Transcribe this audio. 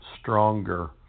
stronger